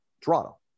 Toronto